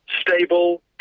stable